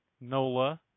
NOLA